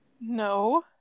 No